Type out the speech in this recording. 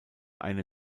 eine